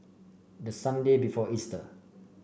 the Sunday before Easter